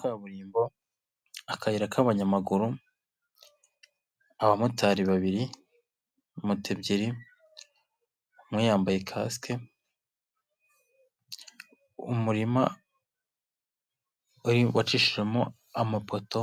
Kaburimbo, akayira k'abanyamaguru, abamotari babiri, moto ebyiri, umwe yambaye kasike, umurima wacishijwemo amapoto